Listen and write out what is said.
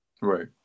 Right